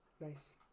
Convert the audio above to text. nice